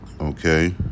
Okay